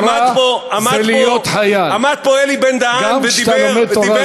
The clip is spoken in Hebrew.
שירות, אין בהן דקה